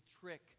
trick